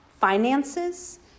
finances